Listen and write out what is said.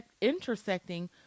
intersecting